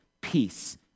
peace